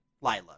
Lila